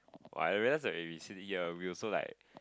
I realise that when we sitting here we also like